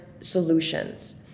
solutions